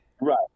Right